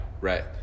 Right